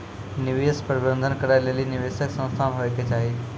निवेश प्रबंधन करै लेली निवेशक संस्थान होय के चाहि